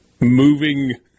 moving